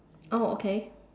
oh okay